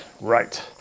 Right